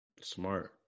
Smart